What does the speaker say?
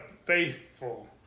faithful